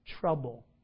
Trouble